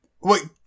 Wait